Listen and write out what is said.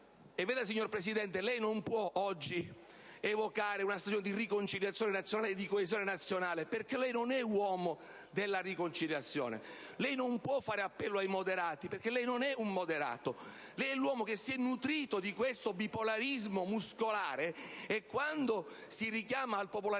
Signor Presidente, lei non può evocare oggi una situazione di riconciliazione nazionale e di coesione nazionale, perché lei non è uomo della riconciliazione, lei non può fare appello ai moderati, perché lei non è un moderato. Lei è l'uomo che si è nutrito di questo bipolarismo muscolare e quando si richiama al popolarismo